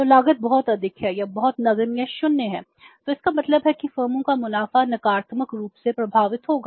तो लागत बहुत अधिक है या तो बहुत नगण्य या शून्य है तो इसका मतलब है कि फर्मों का मुनाफा नकारात्मक रूप से प्रभावित होगा